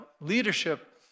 leadership